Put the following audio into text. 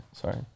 sorry